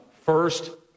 first